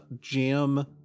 jam